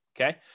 okay